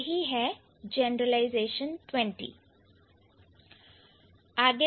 और यही है जनरलाइजेशन 20